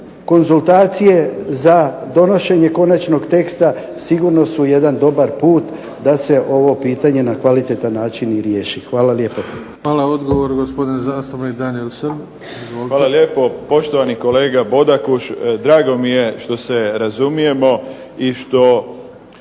konzultacije za donošenje konačnog teksta sigurno su jedan dobar put da se ovo pitanje na kvalitetan način i riješi. Hvala lijepo. **Bebić, Luka (HDZ)** Hvala. Odgovor, gospodin zastupnik Daniel Srb. Izvolite. **Srb, Daniel (HSP)** Hvala lijepo. Poštovani kolega Bodakoš, drago mi je što se razumijemo i što